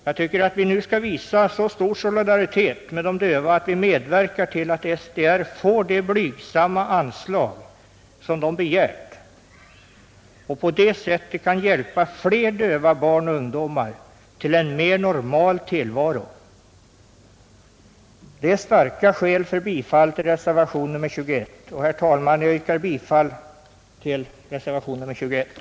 Jag tycker att vi nu skall visa så stor solidaritet att vi medverkar till att SDR får det blygsamma anslag förbundet begärt, så att man på det sättet kan hjälpa fler döva barn och ungdomar till en mer normal tillvaro. Det finns starka skäl för bifall till reservationen 21, till vilken jag yrkar bifall.